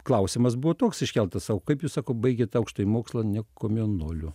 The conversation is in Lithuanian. klausimas buvo toks iškeltas o kaip jūs sako baigėt aukštąjį mokslą ne komjaunuoliu